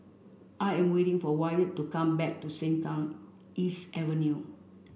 I am waiting for Wyatt to come back to Sengkang East Avenue